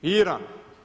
Iran?